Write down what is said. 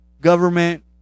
Government